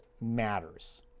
matters